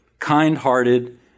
Kind-hearted